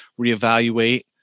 reevaluate